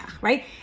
right